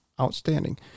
Outstanding